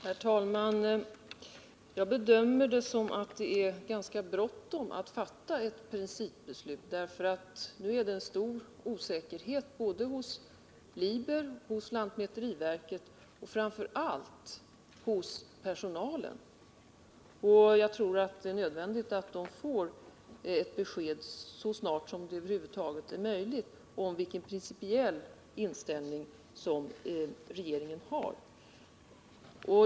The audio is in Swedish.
Herr talman! Jag bedömer det så att det är ganska bråttom med att fatta ett principbeslut, eftersom det råder en stor osäkerhet både hos Liber och hos lantmäteriverket och framför allt hos den berörda personalen. Jag tror att det är nödvändigt att de får ett besked så snart som det över huvud taget är möjligt om vilken principiell inställning regeringen har i detta ärende.